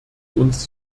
uns